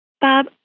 Bob